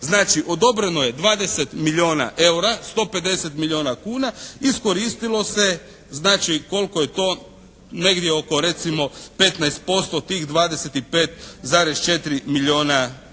Znači odobreno je 20 milijuna eura, 150 milijuna kuna, iskoristilo se je znači koliko je to negdje oko recimo 15% od tih 25,4 milijuna kuna.